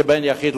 כבן יחיד,